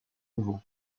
nouveaux